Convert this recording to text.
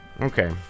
Okay